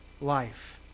life